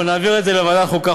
אנחנו נעביר את זה לוועדת החוקה,